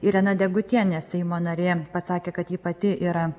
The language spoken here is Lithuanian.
irena degutienė seimo narė pasakė kad ji pati yra